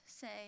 say